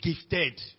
gifted